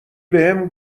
بهم